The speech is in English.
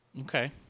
Okay